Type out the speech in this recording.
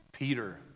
Peter